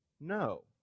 No